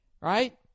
right